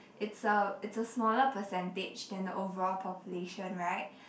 it's a it's a smaller percentage than the overall population right